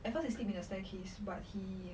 at first he sleep in the staircase but he